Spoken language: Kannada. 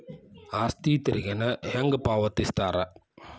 ಆಸ್ತಿ ತೆರಿಗೆನ ಹೆಂಗ ಪಾವತಿಸ್ತಾರಾ